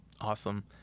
Awesome